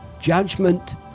judgment